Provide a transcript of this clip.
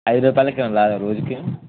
ఐదు రూపాయలకి ఏమైనా రాదా రోజుకి